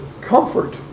comfort